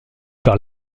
par